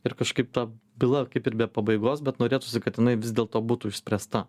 ir kažkaip ta byla kaip ir be pabaigos bet norėtųsi kad jinai vis dėlto būtų išspręsta